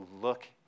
look